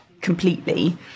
completely